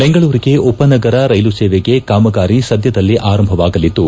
ಬೆಂಗಳೂರಿನ ಉಪನಗರ ರೈಲು ಸೇವೆಗೆ ಕಾಮಗಾರಿ ಸದ್ಯದಲ್ಲೇ ಆರಂಭವಾಗಲಿದ್ದು